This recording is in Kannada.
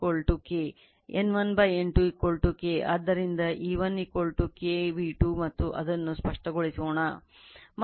ಆದ್ದರಿಂದ E1 K V2 ಮತ್ತು ಅದನ್ನು ಸ್ಪಷ್ಟಗೊಳಿಸೋಣ